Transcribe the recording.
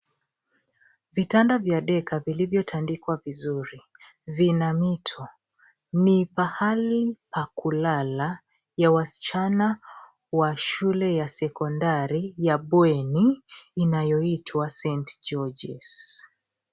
Vitanda vya decker vilivyotandikwa vizuri, vina mito. Ni pahali pa kulala ya wasichana wa shule ya sekondari ya bweni inayoitwa Saint Georges.